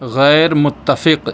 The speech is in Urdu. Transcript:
غیر متفق